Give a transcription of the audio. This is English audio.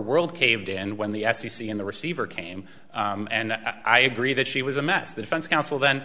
world caved in when the f c c and the receiver came and i agree that she was a mess the defense counsel then